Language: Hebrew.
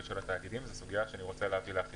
זו סוגיה שאני רוצה להוביל לקראת אחידות.